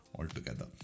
altogether